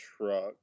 truck